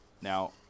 Now